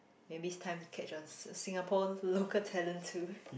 maybe it's time to catch on Singapore local talent too